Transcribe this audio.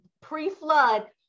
pre-flood